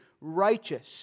righteous